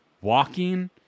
walking